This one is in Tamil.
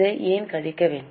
இதை ஏன் கழிக்க வேண்டும்